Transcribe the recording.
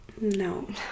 No